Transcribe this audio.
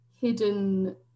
hidden